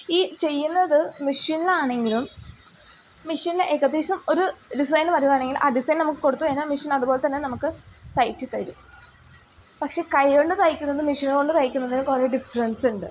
ഈ ചെയ്യുന്നത് മെഷീനിലാണെങ്കിലും മെഷീനിൽ ഏകദേശം ഒരു ഡിസൈൻ വരികയാണെങ്കിൽ ആ ഡിസൈൻ നമുക്ക് കൊടുത്തു കഴിഞ്ഞാൽ മെഷീൻ അതുപോലെ തന്നെ നമുക്ക് തയ്ച്ചു തരും പക്ഷെ കൈ കൊണ്ട് തയ്ക്കുന്നതും മെഷീൻ കൊണ്ട് തയ്ക്കുന്നതിന് കുറേ ഡിഫറൻസുണ്ട്